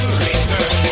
return